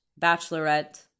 bachelorette